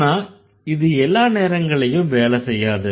ஆனா இது எல்லா நேரங்கள்லயும் வேலை செய்யாது